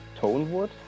tonewood